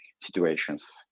Situations